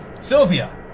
Sylvia